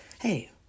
Hey